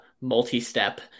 multi-step